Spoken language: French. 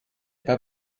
pas